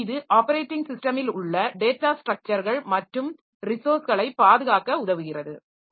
மேலும் இது ஆப்பரேட்டிங் சிஸ்டமில் உள்ள டேட்டா ஸ்ட்ரக்ச்சர்கள் மற்றும் ரிசோர்ஸ்களை பாதுகாக்க உதவுகிறது